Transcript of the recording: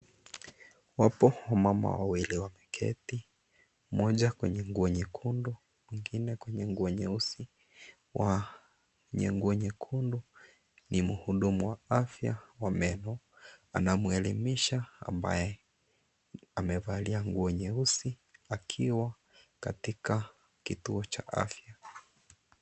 WApo wamama wawili wameketi mmoja mwenye nguo nyekundu mwingine kwenye nguo nyeusi. Wa nguo nyekundu ni mhudumu wa afya anamueleimisha ambaye amevalia nguo nyeusi akiwa katika kituo cha afya.